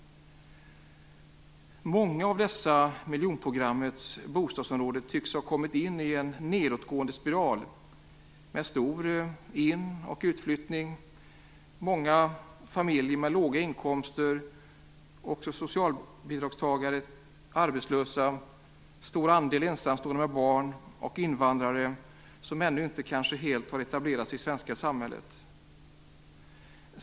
Många av dessa miljonprogrammets bostadsområden tycks ha kommit in i en nedåtgående spiral med stor in och utflyttning, många familjer med låga inkomster, socialbidragstagare, arbetslösa, stor andel ensamstående med barn och invandrare som kanske ännu inte helt har etablerat sig i det svenska samhället.